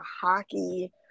hockey